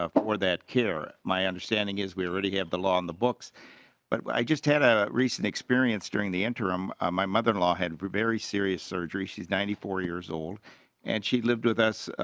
ah but where that care my understanding is we really have the law on the book but i just had a recent experience during the intern. um my mother-in-law had for a very serious surgery she's ninety four years old and she lived with us.